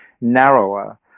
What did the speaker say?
narrower